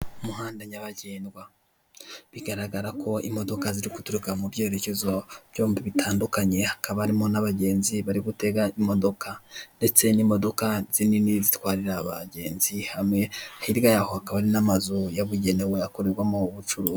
Umuhanda nyabagendwa. Bigaragara ko imodoka ziri guturuka mu byerekezo byombi bitandukanye, hakaba harimo n'abagenzi bari gutega imodoka. Ndetse n'imodoka zinini zitwarira abagenzi hamwe, hirya yaho hakaba hari n'amazu yabugenewe, akorerwamo ubucuruzi.